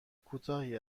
کوتاهی